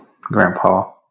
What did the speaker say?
grandpa